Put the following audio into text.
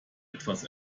etwas